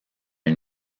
une